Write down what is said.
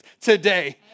today